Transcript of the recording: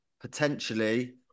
potentially